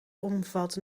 omvat